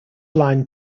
line